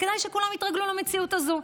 וכדאי שכולם יתרגלו למציאות הזאת.